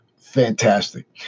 fantastic